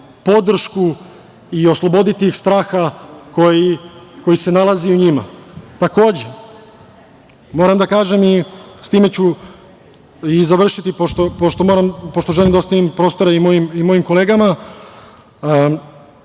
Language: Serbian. podršku i osloboditi ih straha koji se nalazi u njima. Takođe, moram da kažem, time ću i završiti, pošto želim da ostavim prostora i mojim kolegama,